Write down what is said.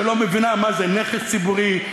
שלא מבינה מה זה נכס ציבורי,